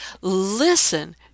Listen